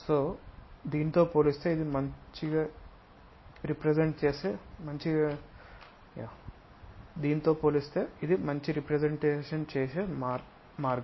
కాబట్టి దీనితో పోలిస్తే ఇది మంచి రెప్రెసెంటేషన్ చేసే మార్గం